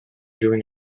doing